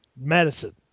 medicine